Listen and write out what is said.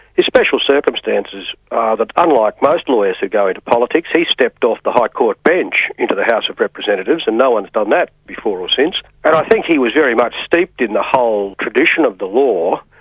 the special circumstances are that unlike most lawyers who go into politics, he stepped off the high court bench into the house of representatives, and no-one's done that before or since. and i think he was very much steeped in the whole tradition of the law.